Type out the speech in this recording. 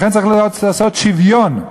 לכן צריך לעשות שוויון,